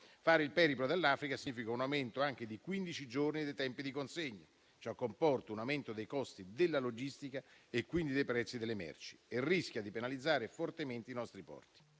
Fare il periplo dell'Africa significa un aumento anche di quindici giorni dei tempi di consegna. Ciò comporta un aumento dei costi della logistica e quindi dei prezzi delle merci e rischia di penalizzare fortemente i nostri porti.